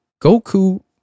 Goku